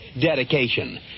dedication